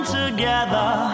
together